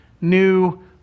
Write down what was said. new